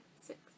six